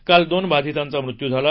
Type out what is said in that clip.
काल दोन बाधितांचा मृत्यू झाला